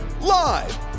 live